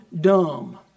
dumb